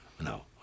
No